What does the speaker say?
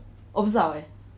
我不知道 leh